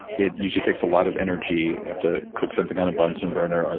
it usually takes a lot of energy, you have to cook something on a bunsen burner,